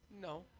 No